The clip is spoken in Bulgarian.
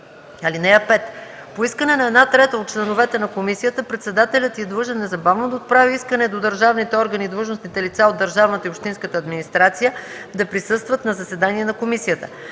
(5) По искане на една трета от членовете на комисията председателят й е длъжен незабавно да отправи искане до държавните органи и длъжностните лица от държавната и общинската администрация да присъстват на заседание на комисията.